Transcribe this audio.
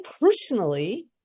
personally